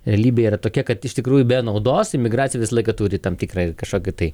realybė yra tokia kad iš tikrųjų be naudos imigracija visą laiką turi tam tikrą ir kažkokį tai